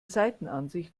seitenansicht